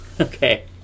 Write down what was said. Okay